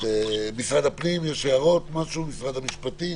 משרד הפנים, משרד המשפטים